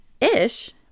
ish